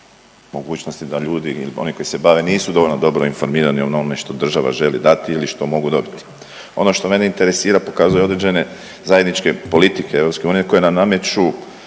mogućnosti da ljudi ili oni koji se bave nisu dovoljno dobro informirani o onome što država želi dati ili što mogu dobiti. Ono što mene interesira pokazuje određene zajedničke politike EU koje nam nameću